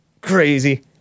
Crazy